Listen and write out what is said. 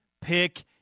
pick